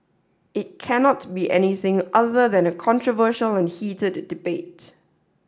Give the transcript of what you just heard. it cannot be anything other than a controversial and heated debate